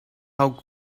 how